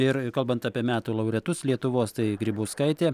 ir kalbant apie metų laureatus lietuvos tai grybauskaitė